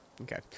Okay